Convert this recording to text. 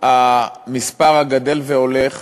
המספר הגדל והולך